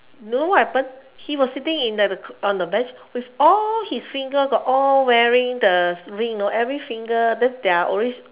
you know what happen he was sitting in the on a bench with all his finger got all wearing the ring you know every finger then there are always